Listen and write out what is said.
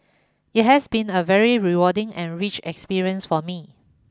it has been a very rewarding and rich experience for me